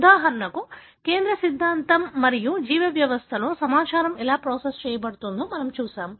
ఉదాహరణకు కేంద్ర సిద్ధాంతం మరియు జీవ వ్యవస్థలో సమాచారం ఎలా ప్రాసెస్ చేయబడుతుందో మనము చూశాము